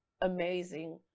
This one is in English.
amazing